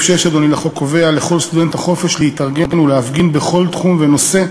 סעיף 6 לחוק קובע: "לכל סטודנט החופש להתארגן ולהפגין בכל תחום ונושא,